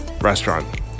restaurant